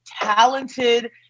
talented